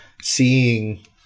seeing –